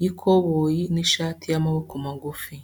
y'ikoboyi n'ishati y'amaboko magufi.